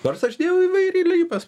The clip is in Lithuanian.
nors aš dėjau įvairialypes